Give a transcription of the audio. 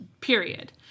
Period